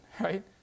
right